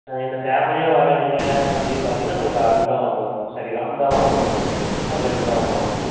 இந்த ஃபேமிலியாக வரவைங்க அப்படின்னு பார்த்தீங்கன்னா உங்களுக்கு அருண் தான் வாங்குவாங்க சாரி ராம் தான் வாங்குவாங்க அவங்க ஆர்கானிக் தான் வாங்குவாங்க